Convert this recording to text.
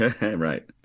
Right